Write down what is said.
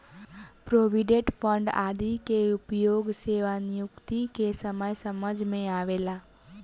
provident fund आदि के उपयोग सेवानिवृत्ति के समय समझ में आवेला